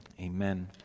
amen